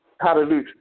Hallelujah